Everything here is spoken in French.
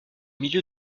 milieu